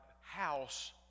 house